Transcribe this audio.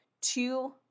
two